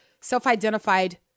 self-identified